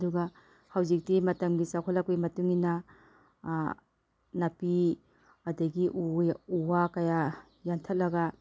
ꯑꯗꯨꯒ ꯍꯧꯖꯤꯛꯇꯤ ꯃꯇꯝꯒꯤ ꯆꯥꯎꯈꯠꯂꯛꯄꯒꯤ ꯃꯇꯨꯡ ꯏꯟꯅ ꯅꯥꯄꯤ ꯑꯗꯒꯤ ꯎ ꯋꯥ ꯀꯌꯥ ꯌꯥꯟꯊꯠꯂꯒ